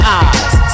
eyes